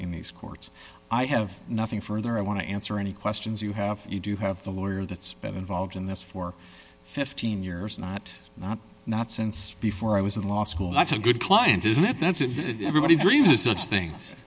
in these courts i have nothing further i want to answer any questions you have you do have the lawyer that's been involved in this for fifteen years not not not since before i was in law school that's a good client isn't it that's everybody drea